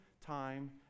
time